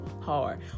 hard